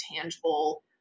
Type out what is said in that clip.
tangible